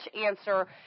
answer